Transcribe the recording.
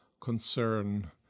concern